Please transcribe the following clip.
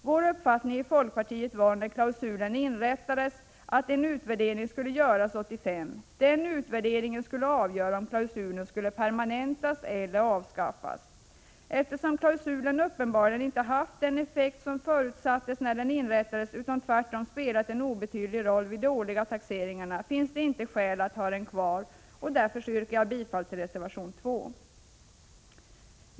Vår uppfattning i folkpartiet var, när klausulen inrättades, att den utvärdering som skulle göras 1985 skulle avgöra om klausulen skulle permanentas eller avskaffas. Eftersom klausulen uppenbarligen inte haft den effekt som förutsattes när den inrättades utan tvärtom spelat en obetydlig roll vid de årliga taxeringarna, finns det inte skäl att ha den kvar. Därför yrkar jag bifall till reservation 2.